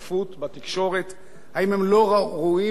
האם הם לא ראויים שגם להם יהיה איזה כלי